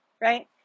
right